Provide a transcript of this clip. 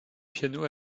piano